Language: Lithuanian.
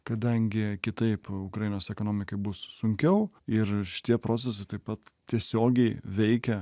kadangi kitaip ukrainos ekonomikai bus sunkiau ir šitie procesai taip pat tiesiogiai veikia